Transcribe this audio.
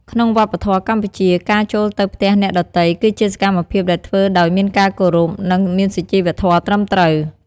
ក្នុងវប្បធម៌កម្ពុជា ការចូលទៅផ្ទះអ្នកដទៃ គឺជាសកម្មភាពដែលធ្វើដោយមានការគោរព និង មានសុជីវធម៌ត្រឹមត្រូវ។